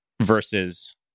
versus